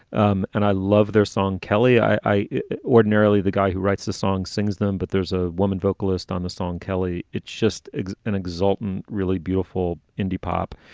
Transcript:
um and i love their song. kelly i ordinarily the guy who writes the songs sings them, but there's a woman vocalist on the song, kelly. it's just an exultant, really beautiful indie pop